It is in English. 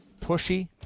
pushy